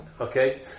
okay